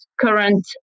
current